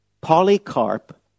Polycarp